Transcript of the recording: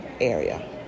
area